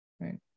right